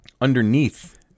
underneath